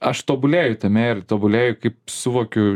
aš tobulėju tame ir tobulėju kaip suvokiu